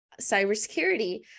cybersecurity